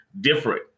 different